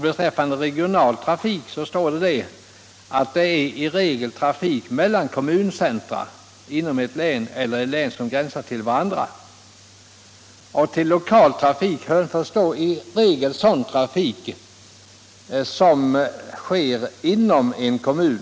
Beträffande regional trafik står det i propositionen att det i regel är trafik mellan kommuncentra inom ett län eller inom län som gränsar till varandra. Och till lokal trafik hänförs i regel sådan trafik som sker inom en kommun.